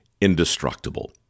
indestructible